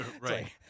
right